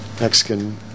Mexican